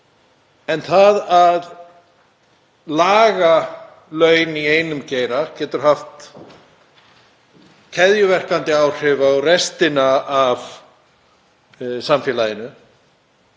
En það að laga laun í einum geira getur haft keðjuverkandi áhrif á restina af samfélaginu.